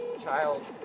child